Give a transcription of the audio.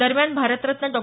दरम्यान भारतरत्न डॉ